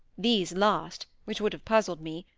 these last, which would have puzzled me,